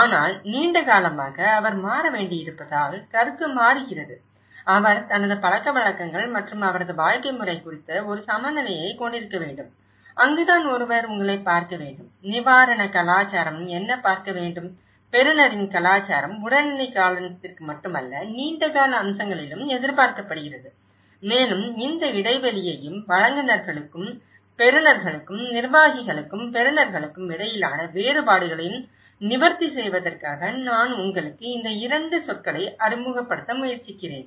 ஆனால் நீண்ட காலமாக அவர் மாற வேண்டியிருப்பதால் கருத்து மாறுகிறது அவர் தனது பழக்கவழக்கங்கள் மற்றும் அவரது வாழ்க்கை முறை குறித்து ஒரு சமநிலையை கொண்டிருக்க வேண்டும் அங்குதான் ஒருவர் உங்களைப் பார்க்க வேண்டும் நிவாரண கலாச்சாரம் என்ன பார்க்க வேண்டும் பெறுநரின் கலாச்சாரம் உடனடி காலத்திற்கு மட்டுமல்ல நீண்டகால அம்சங்களிலும் எதிர்பார்க்கப்படுகிறது மேலும் இந்த இடைவெளியையும் வழங்குநர்களுக்கும் பெறுநர்களுக்கும் நிர்வாகிகளுக்கும் பெறுநர்களுக்கும் இடையிலான வேறுபாடுகளையும் நிவர்த்தி செய்வதற்காக நான் உங்களுக்கு இந்த 2 சொற்களை அறிமுகப்படுத்த முயற்சிக்கிறேன்